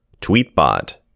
Tweetbot